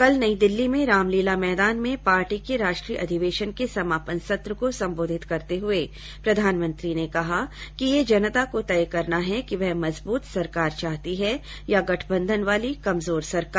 कल नई दिल्ली में रामलीला मैदान में पार्टी के राष्ट्रीय अधिवेशन के समापन सत्र को संबोधित करते हुए प्रधानमंत्री ने कहा कि यह जनता को तय करना है कि वह मजबूत सरकार चाहती है या गठबंधन वाली कमजोर सरकार